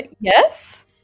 yes